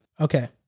Okay